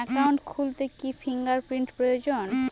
Account খুলতে কি fingerprint প্রয়োজন?